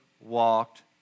walked